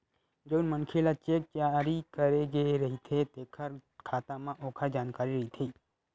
जउन मनखे ल चेक जारी करे गे रहिथे तेखर खाता म ओखर जानकारी रहिथे